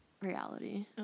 reality